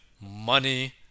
money